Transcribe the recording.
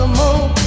more